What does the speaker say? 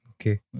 Okay